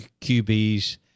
QBs